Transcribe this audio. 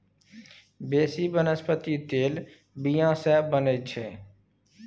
बेसी बनस्पति तेल बीया सँ बनै छै